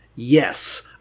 Yes